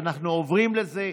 אנחנו עוברים לזה.